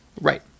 Right